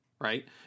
right